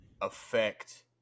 affect